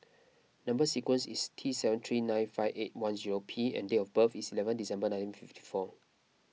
Number Sequence is T seven three nine five eight one zero P and date of birth is eleven December nineteen fifty four